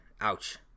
ouch